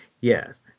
Yes